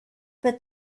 but